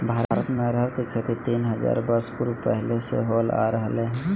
भारत में अरहर के खेती तीन हजार वर्ष पूर्व से होल आ रहले हइ